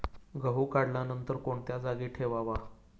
गहू काढल्यानंतर कोणत्या जागी ठेवावा?